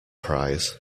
prize